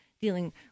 dealing